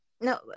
No